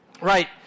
right